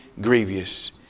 grievous